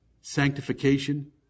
sanctification